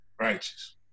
Righteous